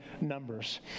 Numbers